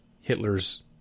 Hitler's